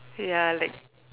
ya like